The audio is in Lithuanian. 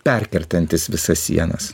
perkertantis visas sienas